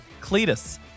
Cletus